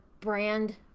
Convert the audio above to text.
brand